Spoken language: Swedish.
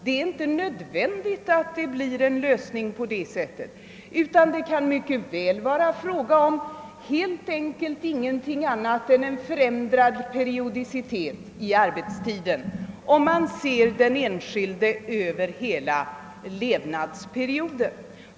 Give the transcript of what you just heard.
Det är inte nödvändigt att det blir en sådan lösning, utan det kan helt enkelt bli en förändrad periodicitet i arbetstiden om man ser på den enskildes hela levnadsperiod.